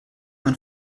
man